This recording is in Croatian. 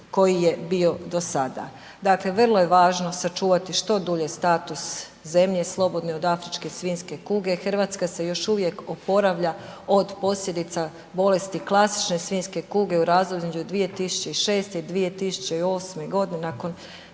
koji je bio do sada. Dakle vrlo je važno sačuvati što dulje status zemlje slobodni od afričke svinjske kuge, Hrvatska se još uvijek oporavlja od posljedica bolesti klasične svinjske kuge u razdoblju između 2006. i 2008. godine nakon